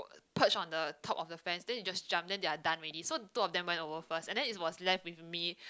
perch on the top of the fence then they just jump then they are done already so two of them went over first and then it was left with me